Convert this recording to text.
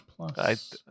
Plus